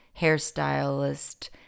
hairstylist